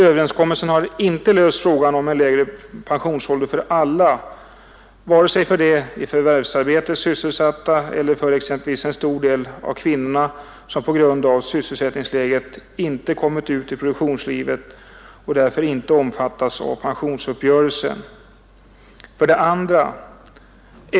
Överenskommelsen har inte löst frågan om en lägre pensionsålder för alla, vare sig för i förvärvsarbete sysselsatta eller för exempelvis en stor del av kvinnorna, som på grund av sysselsättningsläget inte kommit ut i produktionslivet och därför inte omfattas av pensionsuppgörelsen. 2.